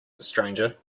stranger